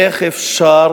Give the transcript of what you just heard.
איך אפשר